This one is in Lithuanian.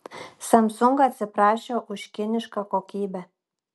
samsung atsiprašė už kinišką kokybę